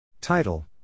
Title